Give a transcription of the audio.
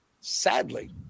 sadly